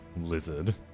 lizard